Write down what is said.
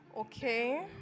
Okay